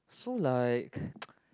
so like